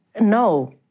no